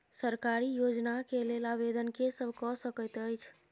सरकारी योजना केँ लेल आवेदन केँ सब कऽ सकैत अछि?